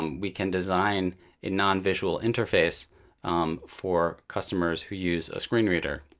we can design a non-visual interface for customers who use a screen reader,